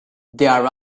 there